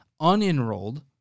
Unenrolled